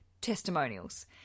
testimonials